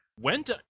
went